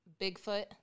Bigfoot